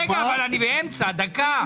רגע, אבל אני באמצע, דקה.